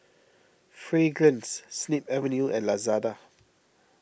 Fragrance Snip Avenue and Lazada